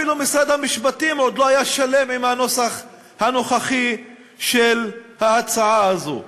שאפילו משרד המשפטים עוד לא שלם עם הנוסח הנוכחי של ההצעה הזאת.